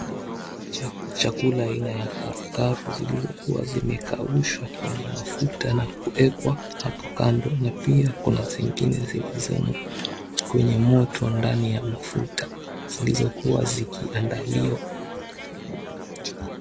Chakula aina ya karukaru zilizokuwa zimekaushwa kwenye mafuta na kuekwa hapo kando na pia kuna zingine zilizo kwenye moto ndani ya mafuta zilizokuwa zikiandaliwa.